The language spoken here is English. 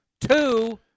Two